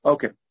Okay